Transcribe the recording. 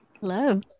hello